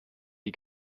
die